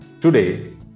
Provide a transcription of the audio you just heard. Today